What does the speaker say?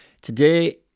today